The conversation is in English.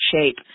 shape